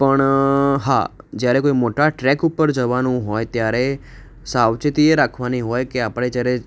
પણ હા જ્યારે કોઈ મોટા ટ્રેક ઉપર જવાનું હોય ત્યારે સાવચેતી એ રાખવાની હોય કે આપણે જ્યારે